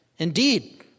Indeed